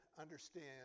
Understand